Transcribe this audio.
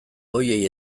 horiei